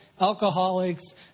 alcoholics